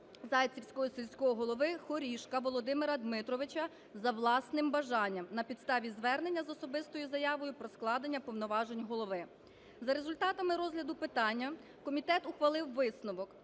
Зайцівського сільського голови Хорішка Володимира Дмитровича за власним бажанням на підставі звернення з особистою заявою про складення повноважень голови. За результатами розгляду питання комітет ухвалив висновок